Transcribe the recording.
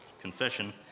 confession